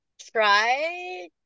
try